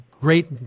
great